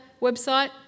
website